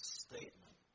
statement